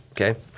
Okay